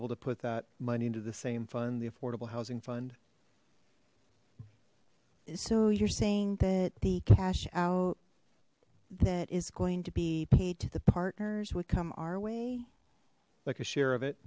able to put that money into the same fund the affordable housing fund so you're saying that the cash out that is going to be paid to the partners would come our way like a share of it